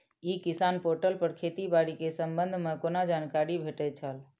ई किसान पोर्टल पर खेती बाड़ी के संबंध में कोना जानकारी भेटय छल?